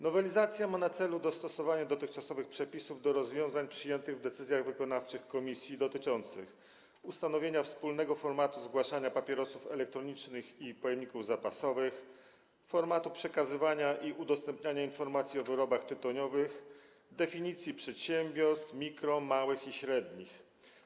Nowelizacja ma na celu dostosowanie dotychczasowych przepisów do rozwiązań przyjętych w decyzjach wykonawczych Komisji dotyczących: ustanowienia wspólnego formatu zgłaszania papierosów elektronicznych i pojemników zapasowych, formatu przekazywania i udostępniania informacji o wyrobach tytoniowych, definicji mikro-, małych i średnich przedsiębiorstw.